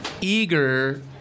eager